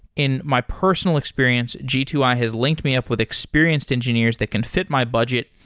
in my personal experience, g two i has linked me up with experienced engineers that can fit my budget,